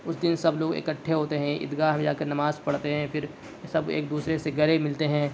اس دن سب لوگ اکٹھے ہوتے ہیں عیدگاہ جا کے نماز پڑھتے ہیں پھر سب ایک دوسرے سے گلے ملتے ہیں